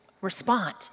respond